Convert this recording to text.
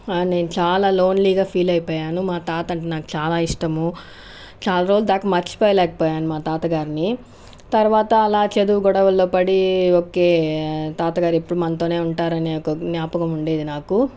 నేను చాలా లోన్లీగా ఫీల్ అయిపోయాను మా తాత అంటే నాకు చాలా ఇష్టము చాలా రోజుల దాకా మర్చిపోలేకపోయాను మా తాత గారిని తరువాత అలా చదువు గొడవల్లో పడి ఓకే తాతగారు ఎప్పుడు మనతోనే ఉంటారనే జ్ఞాపకం ఉండేది నాకు